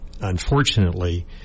unfortunately